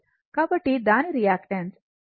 కాబట్టి దాని reactance L ω